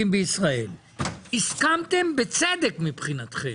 הסכמתם בצדק מבחינתכם,